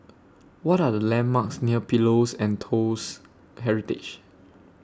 What Are The landmarks near Pillows and Toast Heritage